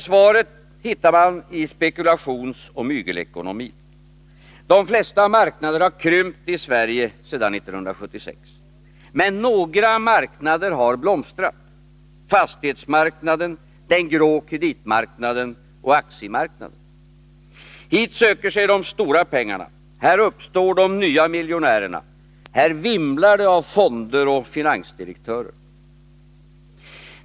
Svaret återfinns i spekulationsoch mygelekonomin. De flesta marknader har krympt i Sverige sedan 1976. Men några marknader har blomstrat — fastighetsmarknaden, den grå kreditmarknaden och aktiemarknaden. Hit söker sig de stora pengarna, här uppstår de nya miljonärerna, här vimlar det av fonder och finansdirektörer.